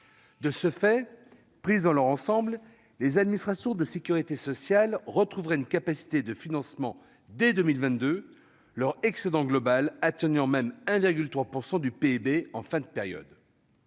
De ce fait, prises dans leur ensemble, les administrations de sécurité sociale retrouveraient une capacité de financement dès 2022, leur excédent global atteignant même 1,3 % du PIB en fin de période.